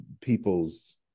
people's